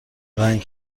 رنگ